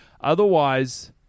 Otherwise